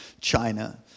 China